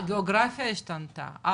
הגאוגרפיה השתנתה.